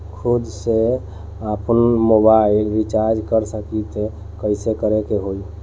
खुद से आपनमोबाइल रीचार्ज कर सकिले त कइसे करे के होई?